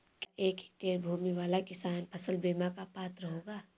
क्या एक हेक्टेयर भूमि वाला किसान फसल बीमा का पात्र होगा?